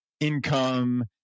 income